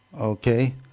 Okay